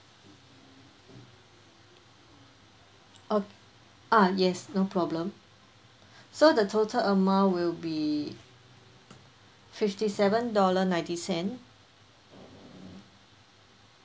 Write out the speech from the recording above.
a uh yes no problem so the total amount will be fifty seven dollar ninety cent